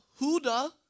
Huda